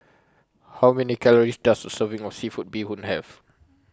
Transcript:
How Many Calories Does A Serving of Seafood Bee Hoon Have